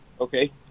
Okay